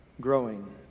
growing